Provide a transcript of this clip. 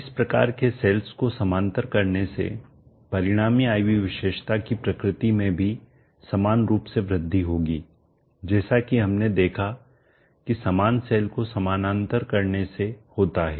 इस प्रकार के सेल्स को समांतर करने से परिणामी I V विशेषता की प्रकृति में भी समान रूप से वृद्धि होगी जैसा कि हमने देखा कि समान सेल को समानांतर करने से होता हैं